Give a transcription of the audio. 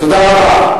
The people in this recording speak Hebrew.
תודה רבה.